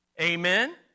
amen